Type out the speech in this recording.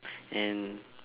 and